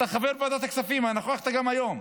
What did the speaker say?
אתה חבר ועדת הכספים, נכחת גם היום.